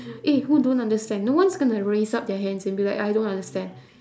eh who don't understand no one's going to raise up their hands and be like I don't understand